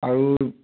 আৰু